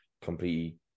completely